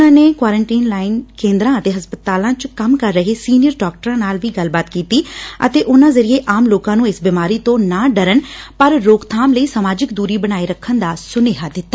ਉਨ੍ਹਾਂ ਨੇ ਕੁਆਂਰੀਨਟਾਈਨ ਕੇਂਦਰਾਂ ਅਤੇ ਹਸਪਤਾਲਾਂ 'ਚ ਕੰਮ ਕਰ ਰਹੇ ਸੀਨੀਅਰ ਡਾਕਟਰਾਂ ਨਾਲ ਵੀ ਗੱਲਬਾਤ ਕੀਤੀ ਅਤੇ ਉਨ੍ਹਾਂ ਜਰੀਏ ਆਮ ਲੋਕਾਂ ਨੂੰ ਇਸ ਬੀਮਾਰੀ ਤੋਂ ਨਾ ਡਰਨ ਪਰ ਰੋਕਬਾਮ ਲਈ ਸਮਾਜਿਕ ਦੂਰੀ ਬਣਾਏ ਰੱਖਣ ਦਾ ਸੁਨੇਹਾ ਦਿੱਤਾ